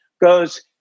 goes